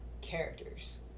characters